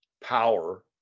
power